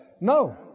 No